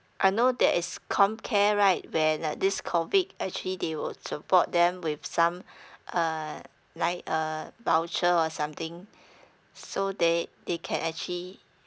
I know there is comcare right where like this COVID actually they will support them with some uh like a voucher or something so they they can actually